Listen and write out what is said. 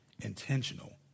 intentional